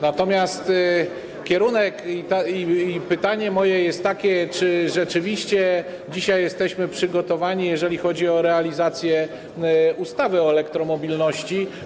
Natomiast pytanie moje jest takie: Czy rzeczywiście dzisiaj jesteśmy przygotowani, jeżeli chodzi o realizację ustawy o elektromobilności?